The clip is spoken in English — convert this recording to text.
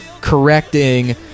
correcting